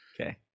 Okay